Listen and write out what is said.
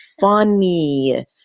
funny